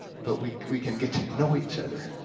but we we can get to know each other.